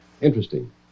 Interesting